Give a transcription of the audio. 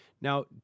Now